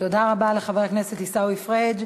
תודה רבה לחבר הכנסת עיסאווי פריג'.